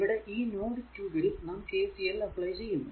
ഇവിടെ ഈ നോഡ് 2 ൽ നാം KCL അപ്ലൈ ചെയ്യുന്നു